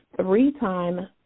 three-time